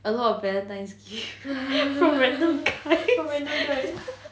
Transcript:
a lot of valentine's gift from random guys